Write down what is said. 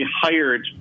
hired—